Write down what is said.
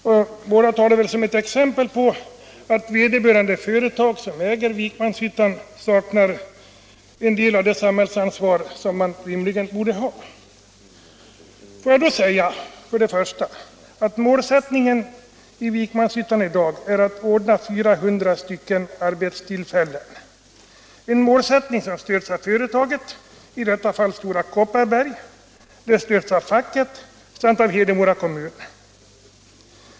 Båda två tar väl detta som ett exempel på att det företag som äger bruket i Vikmanshyttan saknar en del av det samhällsansvar som det rimligen borde ha. Får jag då säga att målsättningen i Vikmanshyttan i dag är att ordna 400 arbetstillfällen — en målsättning som stöds av företaget, i detta fall Stora Kopparberg, facket och Hedemora kommun.